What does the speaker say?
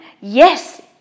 Yes